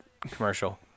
commercial